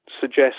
suggest